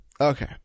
Okay